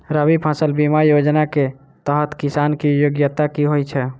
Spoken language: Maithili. रबी फसल बीमा योजना केँ तहत किसान की योग्यता की होइ छै?